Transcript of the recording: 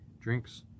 drinks